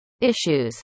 Issues